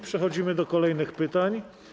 Przechodzimy do kolejnych pytań.